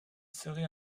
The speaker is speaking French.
serait